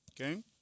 okay